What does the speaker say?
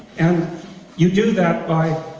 and you do that by